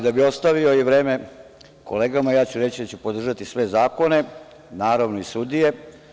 Da bi ostavio i vreme kolegama, ja ću reći da ću podržati sve zakone, naravno i sudije.